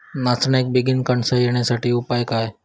नाचण्याक बेगीन कणसा येण्यासाठी उपाय काय?